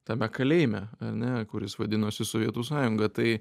tame kalėjime ane kuris vadinosi sovietų sąjunga tai